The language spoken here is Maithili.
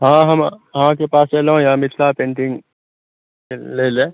हॅं हम अहाँ के पास अयलहुॅं हैं मिथिला पेंटिंग लै लए